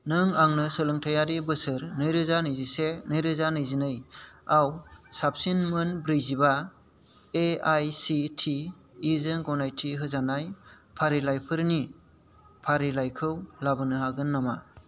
नों आंनो सोलोंथायारि बोसोर नैरोजा नैजिसे नैरोजा नैजिनैआव साबसिन मोन ब्रैजिबा एआइसिटिइ जों गनायथि होजानाय फारिलाइफोरनि फारिलाइखौ लाबोनो हागोन नामा